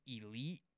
elite